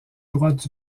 droite